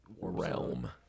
Realm